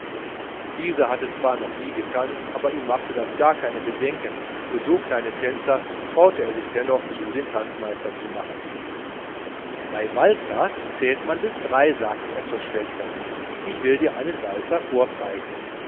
dieser hatte zwar noch nie getanzt aber ihm machte das keine bedenken für so kleine tänzer traute er sich dennoch zu den tanzmeister zu machen bei walzer zählt man drei sagte er zur schwester ich will dir einen walzer